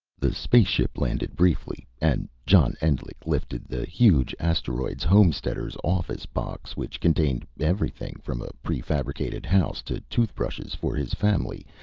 the space ship landed briefly, and john endlich lifted the huge asteroids homesteaders office box, which contained everything from a prefabricated house to toothbrushes for his family,